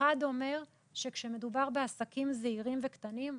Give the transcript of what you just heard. אחד אומר שכאשר מדובר בעסקים זעירים וקטנים,